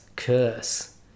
Curse